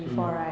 mm